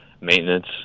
maintenance